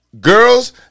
Girls